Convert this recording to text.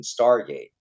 Stargate